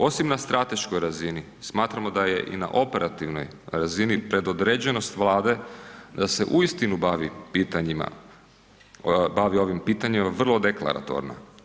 Osim na strateškoj razini, smatramo da je i na operativnoj razini predodređenost Vlade da se uistinu bavi pitanjima, bavi ovim pitanjima vrlo deklaratorno.